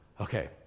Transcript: Okay